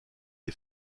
est